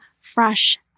fresh